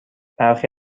برخی